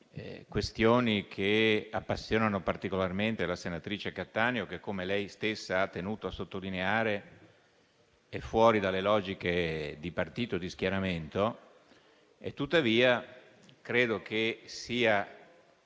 questioni che appassionano particolarmente la senatrice Cattaneo che, come lei stessa ha tenuto a sottolineare, è fuori dalle logiche di partito e di schieramento, tuttavia credo che sia